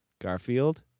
Garfield